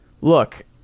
look